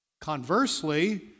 Conversely